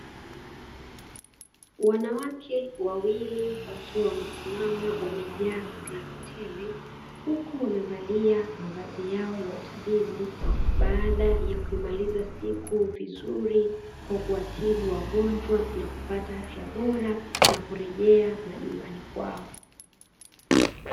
Wanawake wawili wakiwa wamesimama wamejaa furaha tele, huku wamevalia mavazi yao ya utabibu, baada ya kuimaliza siku vizuri kwa kuwatibu wagonjwa na kupata afya bora na kurejea majumbani kwao.